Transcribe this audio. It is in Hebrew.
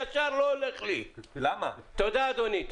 תודה אדוני.